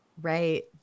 right